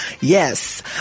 yes